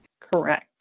Correct